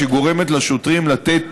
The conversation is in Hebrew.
שגורמת לשוטרים לתת